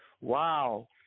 Wow